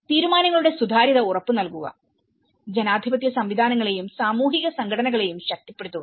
തീരുമാനങ്ങളുടെ സുതാര്യത ഉറപ്പുനൽകുക ജനാധിപത്യ സംവിധാനങ്ങളെയും സാമൂഹിക സംഘടനകളെയും ശക്തിപ്പെടുത്തുക